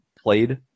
played